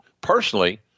personally